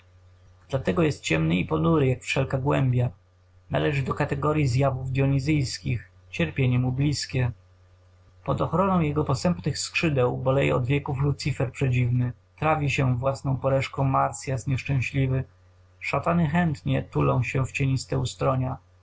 dlatego jest ciemny i ponury jak wszelka głębia należy do kategoryi zjawów dyonizyjskich cierpienie mu blizkie pod ochroną jego posępnych skrzydeł boleje od wieków lucifer przedziwny trawi się własną porażką marsyas nieszczęśliwy szatany chętnie tulą się w cieniste ustronia